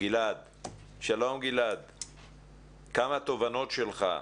שלום כמה תובנות שלך.